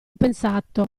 pensato